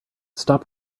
stop